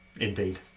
indeed